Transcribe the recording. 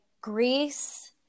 Greece